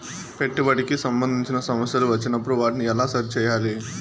పెట్టుబడికి సంబంధించిన సమస్యలు వచ్చినప్పుడు వాటిని ఎలా సరి చేయాలి?